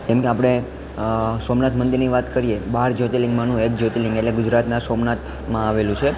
એમ કે આપણે સોમનાથ મંદિરની વાત કરીએ બાર જયોર્તિલિંગમાનું એક જયોર્તિલિંગ એટલે ગુજરાતનાં સોમનાથમાં આવેલું છે